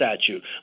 statute